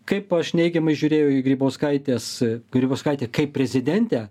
kaip aš neigiamai žiūrėjau į grybauskaitės grybauskaitę kaip prezidentę